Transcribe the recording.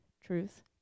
truth